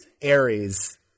Aries